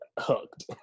hooked